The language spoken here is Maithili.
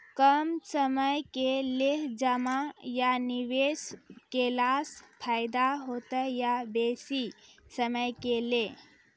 कम समय के लेल जमा या निवेश केलासॅ फायदा हेते या बेसी समय के लेल?